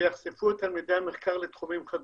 ויחשפו את המידע והמחקר לתחומים חדשים.